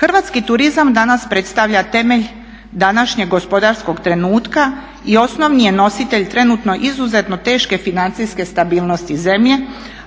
Hrvatski turizam danas predstavlja temelj današnje gospodarskog trenutna i osnovni je nositelj trenutno izuzetno teške financijske stabilnosti zemlje,